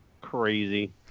Crazy